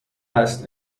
است